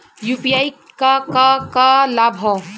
UPI क का का लाभ हव?